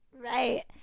Right